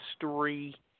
history